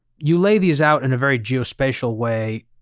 you lay these out in a very geospatial way.